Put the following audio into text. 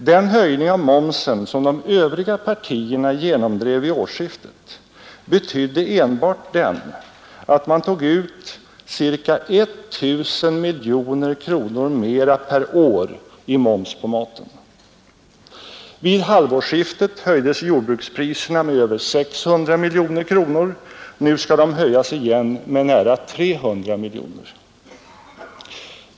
Den höjning av momsen som de övriga partierna genomdrev vid årsskiftet betydde enbart den att man tog ut ca 1 000 miljoner kronor mera per år i moms på maten. Vid halvårsskiftet höjdes jordbrukspriserna med över 600 miljoner kronor. Nu skall de höjas igen med nära 300 miljoner.